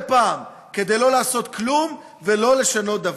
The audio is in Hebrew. פעם כדי לא לעשות כלום ולא לשנות דבר.